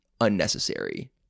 unnecessary